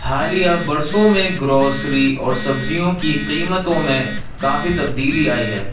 حالیہ برسوں میں گروسری اور سبزیوں کی قیمتوں میں کافی تبدیلی آئی ہے